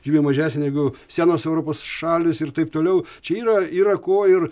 žymiai mažesnę negu senos europos šalys ir taip toliau čia yra yra ko ir